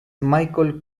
michael